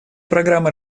программы